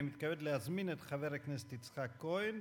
אני מתכבד להזמין את חבר הכנסת יצחק כהן,